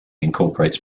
incorporates